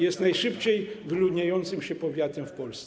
jest najszybciej wyludniającym się powiatem w Polsce.